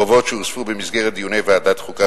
חובות שהוספו במסגרת דיוני ועדת החוקה,